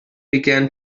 began